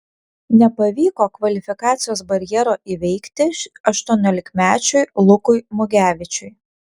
nepavyko kvalifikacijos barjero įveikti aštuoniolikmečiui lukui mugevičiui